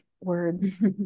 words